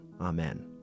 Amen